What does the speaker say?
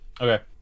Okay